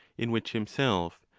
in which himself,